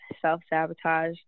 self-sabotage